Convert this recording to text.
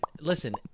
listen